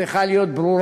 צריכה להיות ברורה.